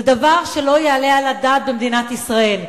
זה דבר שלא יעלה על הדעת במדינת ישראל,